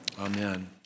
amen